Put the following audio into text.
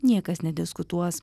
niekas nediskutuos